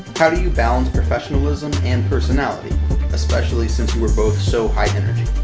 how do you balance professionalism and personality especially since you are both so high-energy?